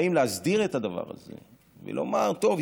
באים להסדיר את הדבר הזה ולומר: טוב,